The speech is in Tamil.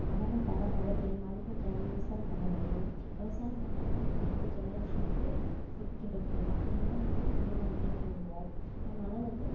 மரம் நட்டால்தான் மழைப் பெய்யும் மழைப் பெஞ்சாதான் விவசாயம் பண்ண முடியும் விவசாயம் பண்ணால்தான் நம்மளுக்கு அடுத்த ஜெனரேஷனுக்கு ஃபுட் கிடைக்கும் இல்லேனால் வந்து ஃபுட் இல்லாமையே ஆகிடுவோம் அதனால் வந்து